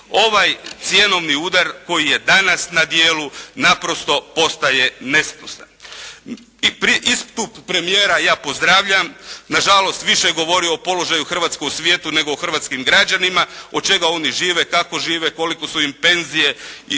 Ovaj cjenovni udar koji je danas na djelu naprosto postaje nesnosan. Istup premijera ja pozdravljam. Na žalost više je govorio o položaju Hrvatske u svijetu, nego o hrvatskim građanima, od čega oni žive, kako žive, kolike su im penzije i kakvi